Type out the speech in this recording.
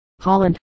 Holland